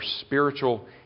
spiritual